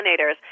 pollinators